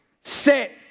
Set